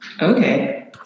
Okay